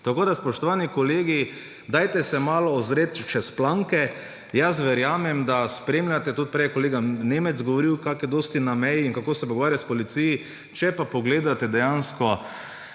Tako spoštovani kolegi, ozrite se malo čez planke. Verjamem, da spremljate, tudi prej je kolega Nemec govoril, kako je dosti na meji in kako se pogovarja s policijo. Če pa pogledate dejansko